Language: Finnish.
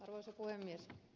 arvoisa puhemies